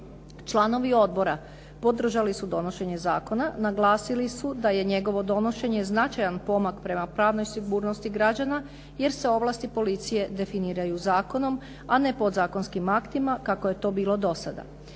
Članovi odbora podržali su donošenje zakona. Naglasili su da je njegovo donošenje značajan pomak prema pravnoj sigurnosti građana, jer se ovlasti policije definiraju zakonom, a ne podzakonskim aktima kako je to bilo do sada.